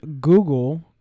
Google